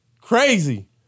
Crazy